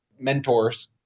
Mentors